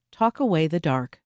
talkawaythedark